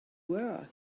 were